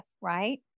right